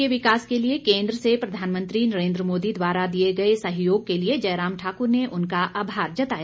प्रदेश के विकास के लिए केन्द्र में प्रधानमंत्री नरेन्द्र मोदी द्वारा दिए गए सहयोग के लिए जयराम ठाकुर ने उनका आभार जताया